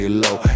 low